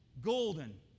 Golden